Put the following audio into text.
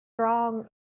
strong